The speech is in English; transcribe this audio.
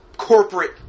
corporate